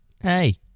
hey